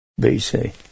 bc